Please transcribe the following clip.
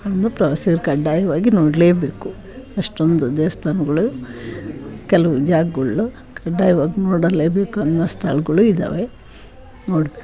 ಅಂದು ಪ್ರವಾಸಿಗ್ರು ಕಡ್ಡಾಯವಾಗಿ ನೋಡಲೇಬೇಕು ಅಷ್ಟೊಂದು ದೇವ್ಸ್ಥಾನಗಳು ಕೆಲವು ಜಾಗಗಳು ಕಡ್ಡಾಯವಾಗಿ ನೋಡಲೇಬೇಕು ಅನ್ನೋ ಸ್ಥಳ್ಗಳೂ ಇದ್ದಾವೆ ನೋಡಬೇಕು